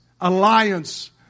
alliance